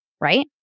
right